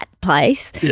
place